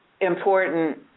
important